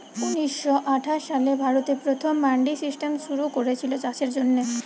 ঊনিশ শ আঠাশ সালে ভারতে প্রথম মান্ডি সিস্টেম শুরু কোরেছিল চাষের জন্যে